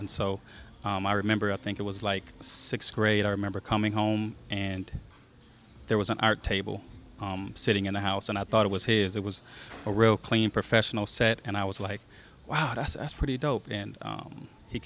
and so i remember i think it was like sixth grade i remember coming home and there was an art table sitting in the house and i thought it was his it was a real clean professional set and i was like wow this s pretty dope and